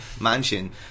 mansion